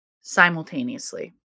simultaneously